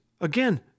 Again